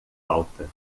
alta